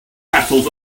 capsules